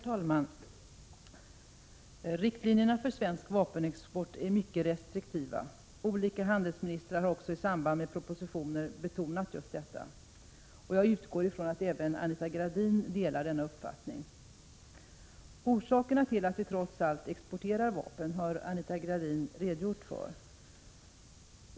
Herr talman! Riktlinjerna för svensk vapenexport är mycket restriktiva. Olika handelsministrar har också i samband med propositioner betonat just detta. Jag utgår från att Anita Gradin delar denna uppfattning. Orsakerna till att vi trots allt exporterar vapen har Anita Gradin redogjort för.